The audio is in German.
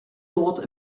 dort